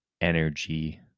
energy